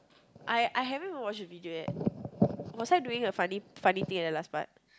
I I haven't watch the video yet was I doing a funny funny thing at the last part